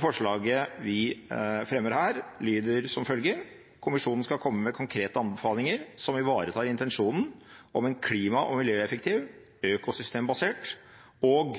forslaget vi fremmer her, lyder som følger: «Kommisjonen skal komme med konkrete anbefalinger som ivaretar intensjonen om en klimaresilient, klima- og miljøeffektiv, økosystembasert og